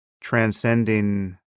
transcending